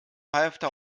halfter